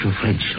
French